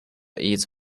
its